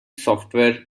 software